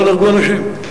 לא נהרגו אנשים,